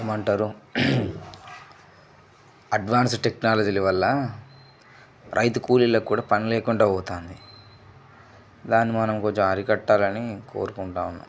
ఏమంటారు అడ్వాన్స్ టెక్నాలజీల వల్ల రైతు కూలీలకు కూడా పని లేకుండా పోతోంది దాన్ని మనం కొంచెం అరికట్టాలని కోరుకుంటూ ఉన్న